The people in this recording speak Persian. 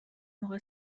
موقع